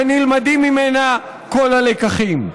ונלמדים ממנה כל הלקחים.